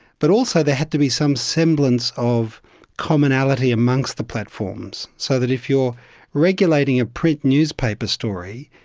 but also there had to be some semblance of commonality amongst the platforms, so that if you are regulating a print newspaper story,